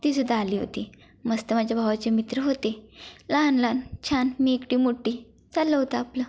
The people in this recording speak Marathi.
तीसुद्धा आली होती मस्त माझ्या भावाचे मित्र होते लहान लहान छान मी एकटी मोठी चाललं होतं आपलं